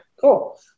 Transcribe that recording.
cool